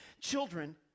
children